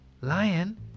lion